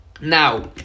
Now